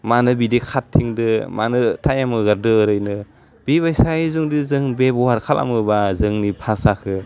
मानो बिदि खारथिंदो मानो टाइम होगारदो ओरैनो बे बेसायै जुदि जों बेबहार खालामोबा जोंनि भासाखौ